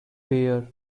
fare